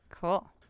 Cool